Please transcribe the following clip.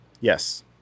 Yes